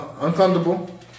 uncomfortable